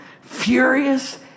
furious